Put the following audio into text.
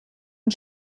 und